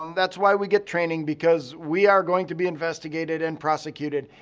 that's why we get training because we are going to be investigated and prosecuted.